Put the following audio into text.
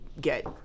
get